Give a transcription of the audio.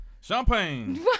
Champagne